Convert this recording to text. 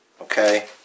Okay